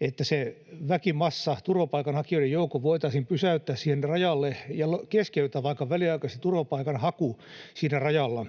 että se väkimassa, turvapaikanhakijoiden joukko, voitaisiin pysäyttää siihen rajalle ja keskeyttää vaikka väliaikaisesti turvapaikanhaku siinä rajalla.